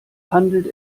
handelt